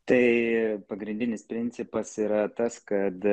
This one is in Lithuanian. tai pagrindinis principas yra tas kad